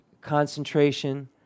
concentration